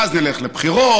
ואז נלך לבחירות,